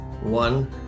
one